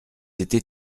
été